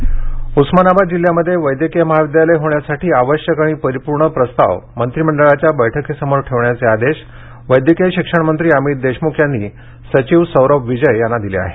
वैद्यकीय उस्मानाबाद जिल्ह्यामध्ये वैद्यकीय महाविद्यालय होण्यासाठी आवश्यक आणि परिपूर्ण प्रस्ताव मंत्रीमंडळाच्या बैठकीसमोर ठेवण्याचे आदेश वैद्यकीय शिक्षण मंत्री अमित देशमुख यांनी सचिव सौरभ विजय यांना दिले आहेत